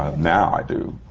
now i do.